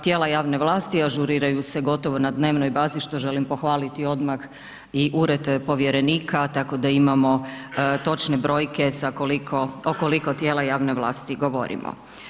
Tijela javne vlasti ažuriraju se gotovo na dnevnoj bazi, što želim pohvaliti odmah i ured povjerenika, tako da imamo točne brojke o koliko tijela javne vlasti govorimo.